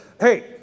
hey